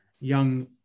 young